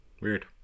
weird